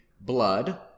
blood